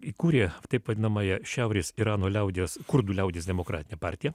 įkūrė taip vadinamąją šiaurės irano liaudies kurdų liaudies demokratinė partiją